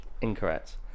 incorrect